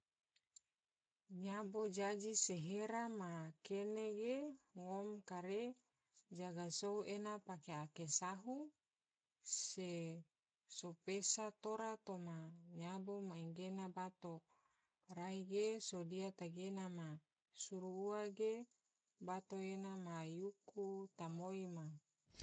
Nyabo jaji se hera ma kene ge ngom kare jaga sou ena pake ake sahu se sopesa tora toma nyabo anggena bato, rai ge sodia tegena ma suru ua ge bato ena ma yuku tomoi ma.